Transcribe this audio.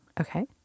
Okay